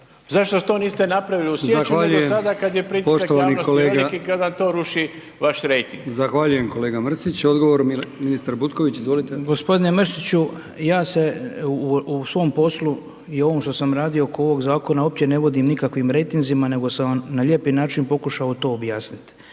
Zašto to niste napravili u siječnju nego sada kada je pritisak javnosti veliki, kad vam to ruši vaš rejting? **Brkić, Milijan (HDZ)** Zahvaljujem kolega Mrsić. Odgovor, ministar Butković, izvolite. **Butković, Oleg (HDZ)** G. Mrsiću, ja se u svom poslu i u ovom što sam radio oko ovog zakona uopće ne vodim nikakvim rejtinzima nego sam vam na lijepi način pokušao to objasniti.